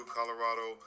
Colorado